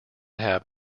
have